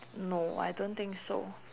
no I don't think so